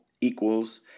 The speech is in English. equals